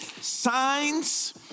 signs